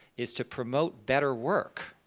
is to promote better work,